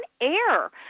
air